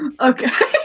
Okay